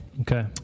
Okay